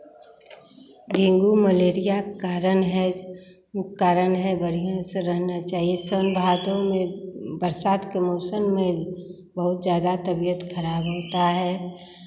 dengue malaria कारण है कारण है बढ़ियाँ से रहना चाहिए सावन भादो में बरसात के मौसम में बहुत ज़्यादा तबियत खराब होता है